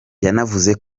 yanavuze